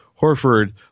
Horford